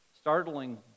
startling